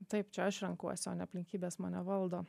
taip čia aš renkuosi o ne aplinkybės mane valdo